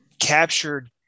captured